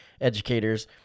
educators